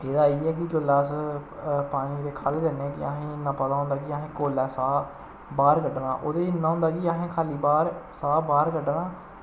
एह्दा इ'यै कि जेल्लै अस पानी दे ख'ल्ल जन्ने कि असेंगी इ'न्ना पता होंदा कि अहें कोल्लै साह् बाह्र कड्डना ओह्दे च इ'न्ना होंदा कि अहें खा'ल्ली बाह्र साह् बाह्र कड्डना